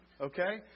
Okay